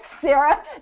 Sarah